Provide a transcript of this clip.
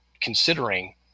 considering